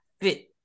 fit